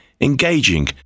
engaging